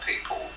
people